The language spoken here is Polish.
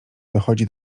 dochodzi